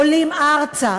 עולים ארצה.